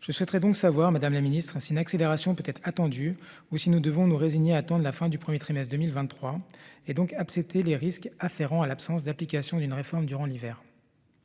Je souhaiterais donc savoir Madame la Ministre ainsi une accélération peut être attendu ou si nous devons nous résigner attendent la fin du 1er trimestres 2023 et donc accepter les risques afférents à l'absence d'application d'une réforme durant l'hiver.